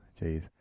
jeez